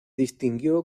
distinguió